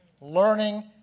Learning